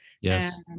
yes